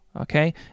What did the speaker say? okay